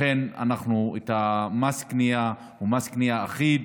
לכן מס הקנייה הוא מס קנייה אחיד.